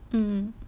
mmhmm